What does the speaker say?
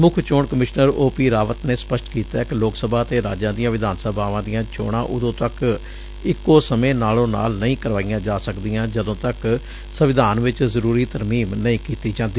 ਮੁਖ ਚੋਣ commissioner O P Rawat ਨੇ ਸਪਸ਼ਟ ਕੀਤੈ ਕਿ ਲੋਕ ਸਭਾ ਅਤੇ ਰਾਜਾਂ ਦੀਆਂ ਵਿਧਾਨ ਸਭਾਵਾਂ ਦੀਆਂ ਚੋਣਾਂ ਉਦੋਂ ਤੱਕ ਇਕੋ ਸਮੇਂ ਨਾਲੋ ਨਾਲ ਨਹੀਂ ਕਰਵਾਈਆਂ ਜਾ ਸਕਦੀਆਂ ਜਦੋਂ ਤੱਕ ਸੰਵਿਧਾਨ ਵਿਚ ਜ਼ਰੁਰੀ ਤਰਮੀਮ ਨਹੀਂ ਕੀਤੀ ਜਾਂਦੀ